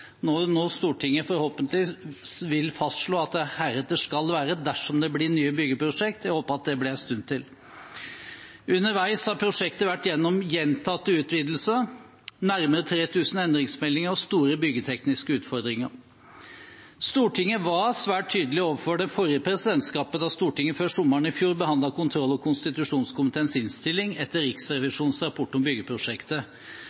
Stortinget nå forhåpentligvis vil fastslå at det heretter skal være dersom det blir nye byggeprosjekt. Jeg håper det blir en stund til. Underveis har prosjektet vært igjennom gjentatte utvidelser, nærmere 3 000 endringsmeldinger og store byggetekniske utfordringer. Stortinget var svært tydelig overfor det forrige presidentskapet da Stortinget før sommeren i fjor behandlet kontroll- og konstitusjonskomiteens innstilling etter